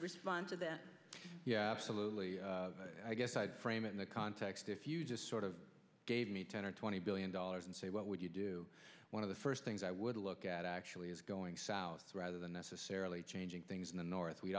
respond to that yeah absolutely i guess i'd frame it in the context if you just sort of gave me ten or twenty billion dollars and say what would you do one of the first things i would look at actually is going south rather than necessarily changing things in the north we